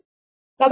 కాబట్టి ఇది i 1